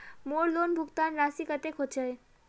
मोर लोन भुगतान राशि कतेक होचए?